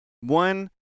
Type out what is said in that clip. One